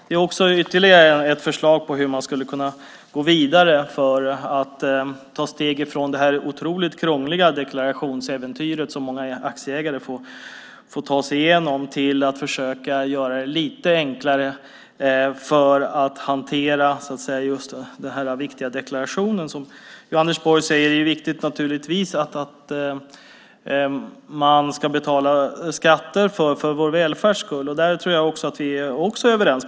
Vi har också ytterligare ett förslag på hur man skulle kunna gå vidare från det otroligt krångliga deklarationsäventyr som många aktieägare får ta sig igenom till att försöka göra det lite enklare att hantera den viktiga deklarationen. Som Anders Borg säger är det naturligtvis viktigt att vi betalar skatter för vår välfärds skull. I den delen är vi överens.